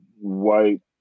white